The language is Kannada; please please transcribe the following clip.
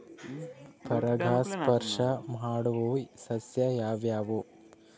ಪರಾಗಸ್ಪರ್ಶ ಮಾಡಾವು ಸಸ್ಯ ಯಾವ್ಯಾವು?